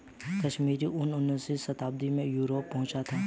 कश्मीरी ऊन उनीसवीं शताब्दी में यूरोप पहुंचा था